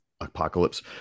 apocalypse